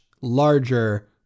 larger